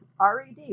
red